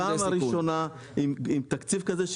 -- וזו הפעם הראשונה עם תקציב כזה,